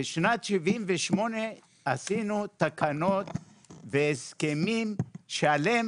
בשנת 1978 עשינו תקנות והסכמים שעליהם